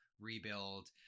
rebuild